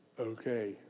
okay